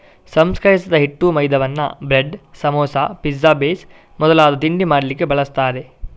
ಸಂಸ್ಕರಿಸಿದ ಹಿಟ್ಟು ಮೈದಾವನ್ನ ಬ್ರೆಡ್, ಸಮೋಸಾ, ಪಿಜ್ಜಾ ಬೇಸ್ ಮೊದಲಾದ ತಿಂಡಿ ಮಾಡ್ಲಿಕ್ಕೆ ಬಳಸ್ತಾರೆ